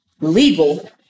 legal